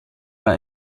war